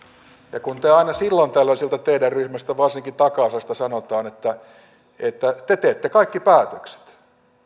ja kun aina silloin tällöin sieltä teidän ryhmästä varsinkin takaosasta sanotaan että että te teette kaikki päätökset